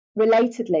relatedly